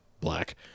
Black